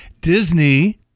Disney